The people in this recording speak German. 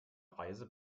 reise